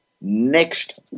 next